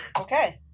Okay